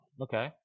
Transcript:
Okay